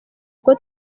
kuko